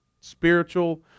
spiritual